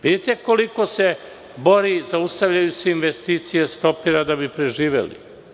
Vidite koliko se bori, zaustavljaju se investicije da bi preživeli.